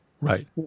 right